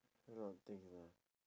a lot of things ah